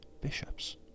bishops